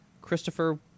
Christopher